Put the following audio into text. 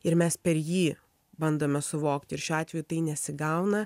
ir mes per jį bandome suvokti ir šiuo atveju tai nesigauna